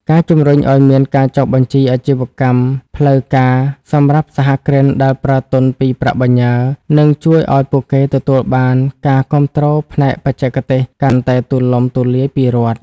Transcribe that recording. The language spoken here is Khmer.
ការជំរុញឱ្យមានការចុះបញ្ជីអាជីវកម្មផ្លូវការសម្រាប់សហគ្រិនដែលប្រើទុនពីប្រាក់បញ្ញើ នឹងជួយឱ្យពួកគេទទួលបានការគាំទ្រផ្នែកបច្ចេកទេសកាន់តែទូលំទូលាយពីរដ្ឋ។